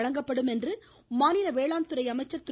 வழங்கப்படும் என்று மாநில வேளாண்துறை அமைச்சர் திரு